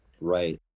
Right